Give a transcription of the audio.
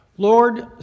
Lord